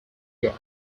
york